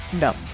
No